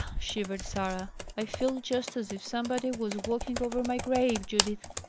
shivered sarah. i feel just as if somebody was walking over my grave, judith.